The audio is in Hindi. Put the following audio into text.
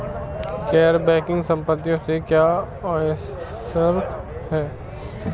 गैर बैंकिंग संपत्तियों से क्या आशय है?